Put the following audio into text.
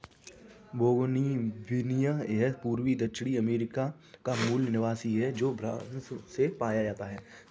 bougainvillea यह पूर्वी दक्षिण अमेरिका का मूल निवासी है, जो ब्राज़ से पाया जाता है